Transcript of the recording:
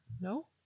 No